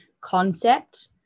concept